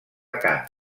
cant